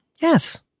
Yes